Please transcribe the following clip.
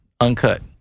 Uncut